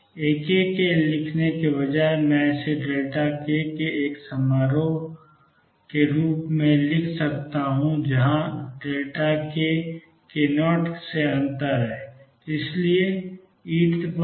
ए के लिखने के बजाय मैं इसे k के के एक समारोह के रूप में लिख सकता हूं जहां k k0 से अंतर है